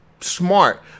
smart